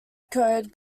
code